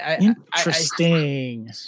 Interesting